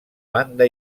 banda